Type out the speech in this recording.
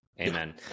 Amen